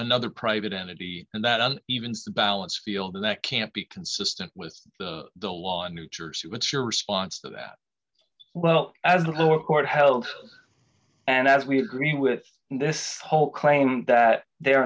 another private entity and that on evens the balance field that can't be consistent with the law in new jersey what's your response to that well as a lower court held and as me agreeing with this whole claim that they are